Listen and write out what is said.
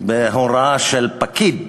בהוראה של פקיד,